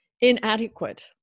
inadequate